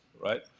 right